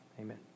amen